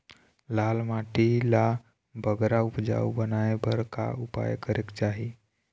लाल माटी ला बगरा उपजाऊ बनाए बर का उपाय करेक चाही?